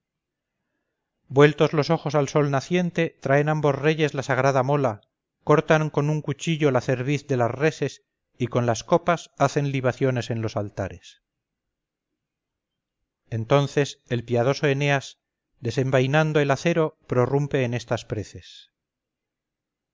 vueltos los ojos al sol naciente traen ambos reyes la sagrada mola cortan con un cuchillo la cerviz de las reses y con las copas hacen libaciones en los altares entonces el piadoso eneas desenvainando el acero prorrumpe en estas preces